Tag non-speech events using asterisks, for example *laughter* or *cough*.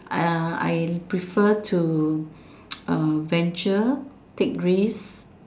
uh I prefer to *noise* uh venture take risk